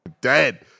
Dead